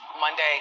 Monday